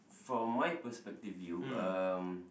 from my perspective view um